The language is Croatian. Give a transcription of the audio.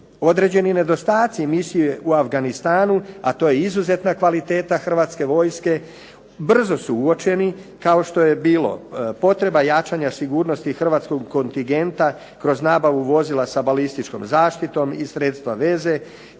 Određeni nedostaci misije u Afganistanu, a to je izuzetna kvaliteta Hrvatske vojske brzo su uočeni, kao što je bilo potreba jačanja sigurnosti hrvatskog kontingenta kroz nabavu vozila sa balističkom zaštitom i sredstva veze,